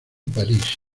parís